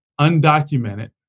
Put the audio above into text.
undocumented